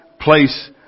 place